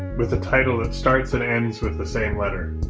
with a title that starts and ends with the same letter?